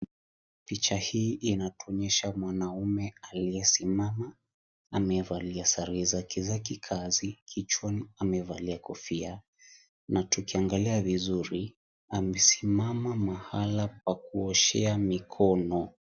Picha hii inatuonyesha mwanaume aliyesimama , amevalia sare zake za kikazi , kichwani amevalia kofia na tukiangalia vizuri amesimama mahala pa kuoshea mikono.